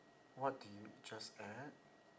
what did you just ate